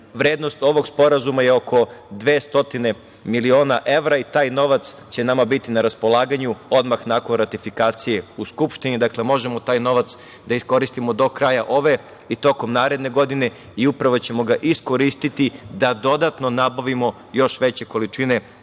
Vrednost ovog sporazuma je oko 200 miliona evra i taj novac će nama biti na raspolaganju odmah nakon ratifikacije u Skupštini. Dakle, možemo taj novac da iskoristimo do kraja ove i tokom naredne godine i upravo ćemo ga iskoristiti da dodatno nabavimo još veće količine i